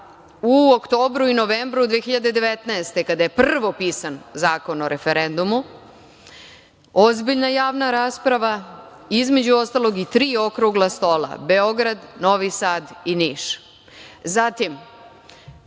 u oktobru i novembru 2019. godine, kada je prvo pisan Zakon o referendumu, ozbiljna javna rasprava i između ostalog i tri okrugla stola Beograd, Novi Sad i Niš. Zatim,